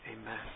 Amen